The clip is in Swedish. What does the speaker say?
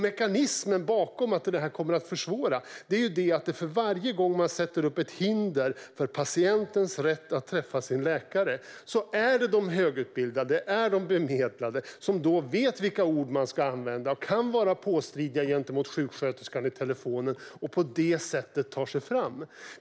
Mekanismen bakom att det kommer att försvåra är att för varje gång man sätter upp ett hinder för patientens rätt att träffa sin läkare är det de högutbildade och de bemedlade som vet vilka ord de ska använda och kan vara påstridiga gentemot sjuksköterskan i telefonen som på det sättet tar sig fram.